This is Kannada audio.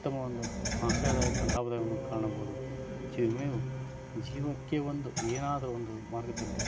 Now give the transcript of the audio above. ಉತ್ತಮ ಒಂದು ಆಶಾದಾಯಕ ಲಾಭವನ್ನು ಕಾಣಬೋದು ಜೀವ ವಿಮೆಯು ಜೀವಕ್ಕೆ ಒಂದು ಏನಾದರೂ ಒಂದು ಮಾರ್ಗದಲ್ಲಿ